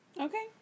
Okay